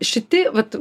šiti vat